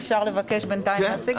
אפשר לבקש בינתיים להשיג אותם?